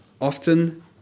often